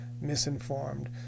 misinformed